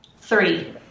Three